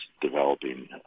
developing